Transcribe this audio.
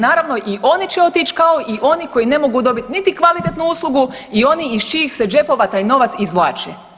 Naravno i oni će otić kao i oni koji ne mogu dobit niti kvalitetnu uslugu i oni iz čijih se džepova taj novac izvlači.